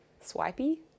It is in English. Swipey